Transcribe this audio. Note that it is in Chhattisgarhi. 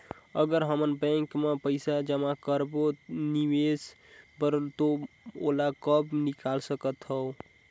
अगर हमन बैंक म पइसा जमा करब निवेश बर तो ओला कब निकाल सकत हो?